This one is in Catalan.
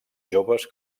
joves